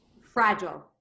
fragile